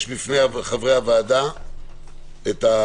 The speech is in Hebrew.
יש בפני חברי הוועדה הנוסח.